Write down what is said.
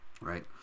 right